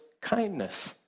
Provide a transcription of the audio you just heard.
kindness